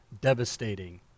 devastating